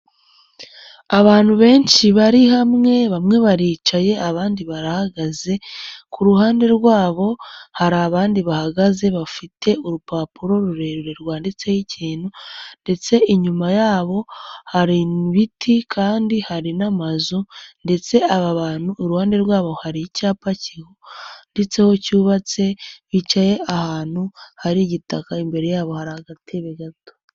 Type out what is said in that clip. Abantu benshi bari hamwe bamwe baricaye abandi barahagaze. Kuruhande rwabo hari abandi bahagaze bafite urupapuro rurerure rwanditseho ikintu ndetse inyuma yabo hari ibiti kandi hari n'amazu ndetse aba bantu iruhande rwabo hari icyapa cyanditseho cyubatse, hicaye ahantu hari igitaka imbere yabo hari agatebe gato.